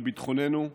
לביטחוננו,